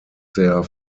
their